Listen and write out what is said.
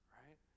right